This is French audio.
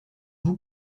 vous